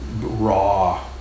raw